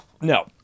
No